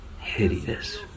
Hideous